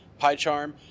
PyCharm